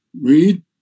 Read